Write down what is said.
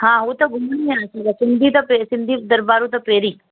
हा हू त घुमणो ई आहे असीं सिंधी त सिंधी दरबारूं त पहिरीं